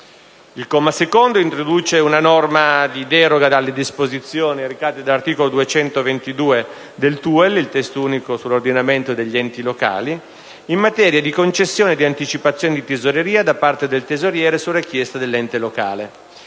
Il comma 2 introduce una norma di deroga alle disposizioni recate dall'articolo 222 del Testo unico delle leggi sull'ordinamento degli enti locali (TUEL), in materia di concessione di anticipazioni di tesoreria da parte del tesoriere su richiesta dell'ente locale,